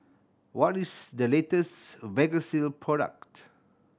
what is the latest Vagisil product